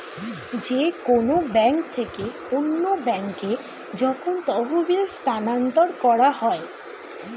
যে কোন ব্যাংক থেকে অন্য ব্যাংকে যখন তহবিল স্থানান্তর করা হয়